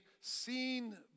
seen